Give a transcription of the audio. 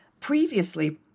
previously